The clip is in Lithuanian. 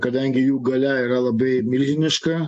kadangi jų galia yra labai milžiniška